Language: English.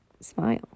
smile